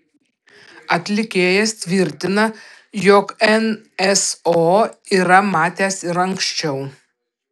atlikėjas tvirtina jog nso yra matęs ir anksčiau